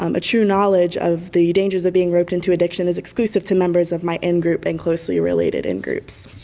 um a true knowledge of the dangers of being roped into addiction is exclusive to members of my in-group and closely related in-groups.